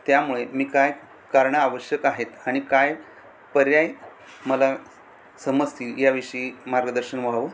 त्यामुळे मी काय कारणं आवश्यक आहेत आणि काय पर्याय मला समजतील याविषयी मार्गदर्शन व्हावं